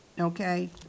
Okay